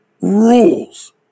Rules